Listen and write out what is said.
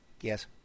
yes